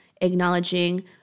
acknowledging